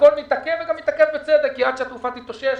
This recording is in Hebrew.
הכול מתעכב, ובצדק, עד שהתעופה תתאושש.